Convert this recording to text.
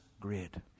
grid